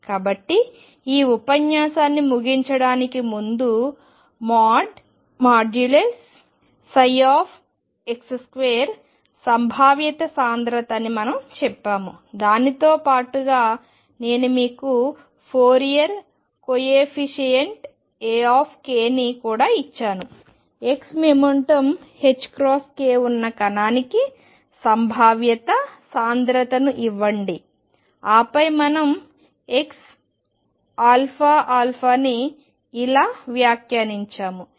కాబట్టి ఈ ఉపన్యాసాన్ని ముగించడానికి ముందు mod x2 సంభావ్యత సాంద్రత అని మనం చెప్పాము దానితో పాటుగా నేను మీకు ఫోరియర్ కోయెఫిషియంట్ Aని కూడా ఇచ్చాను x మొమెంటం ℏk ఉన్న కణానికి సంభావ్యత సాంద్రతను ఇవ్వండి ఆపై మనం xαα ని ఇలా వ్యాఖ్యానించాము